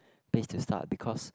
place to start because